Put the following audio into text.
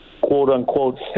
quote-unquote